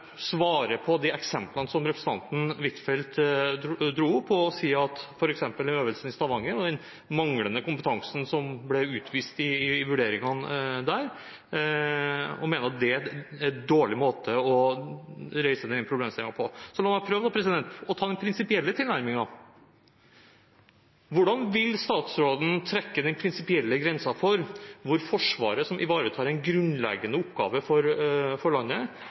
svare på de eksemplene som representanten Huitfeldt dro opp, f.eks. den øvelsen i Stavanger og den manglende kompetansen som ble utvist i vurderingene der, og mener at det er en dårlig måte å reise denne problemstillingen på. Så la meg prøve å ta den prinsipielle tilnærmingen. Hvordan vil statsråden trekke den prinsipielle grensen for Forsvaret, som ivaretar en grunnleggende oppgave for landet: